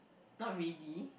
not really